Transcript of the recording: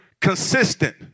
consistent